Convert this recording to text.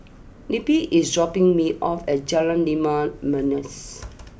Neppie is dropping me off at Jalan Limau Manis